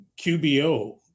QBO